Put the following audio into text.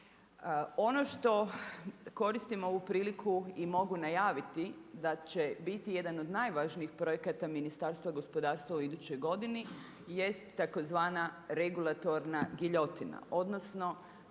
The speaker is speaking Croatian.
Ono što koristim ovu priliku i mogu najaviti da će biti jedan od najvažnijih projekata Ministarstva gospodarstva u idućoj godini jest tzv. regulatorna giljotina, odnosno